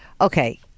okay